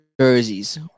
jerseys